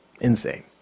insane